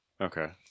Okay